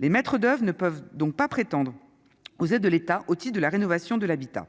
les maîtres d'Oeuvres ne peuvent donc pas prétendre aux aides de l'état aussi de la rénovation de l'habitat,